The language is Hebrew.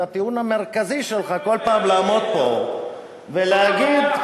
זה הטיעון המרכזי שלך, כל פעם לעמוד פה, אתה,